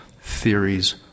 theories